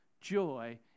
joy